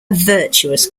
virtuous